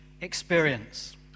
experience